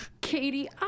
Katie